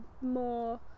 more